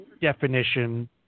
definition